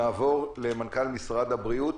נעבור למנכ"ל משרד הבריאות,